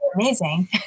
amazing